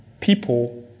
people